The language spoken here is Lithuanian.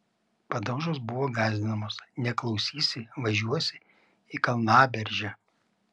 padaužos buvo gąsdinamos neklausysi važiuosi į kalnaberžę